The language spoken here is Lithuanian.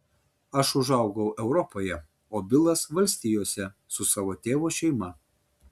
aš užaugau europoje o bilas valstijose su savo tėvo šeima